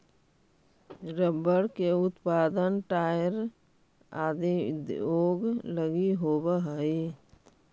rubber के उत्पादन tyre आदि उद्योग लगी होवऽ हइ